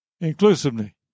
inclusively